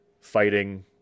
fighting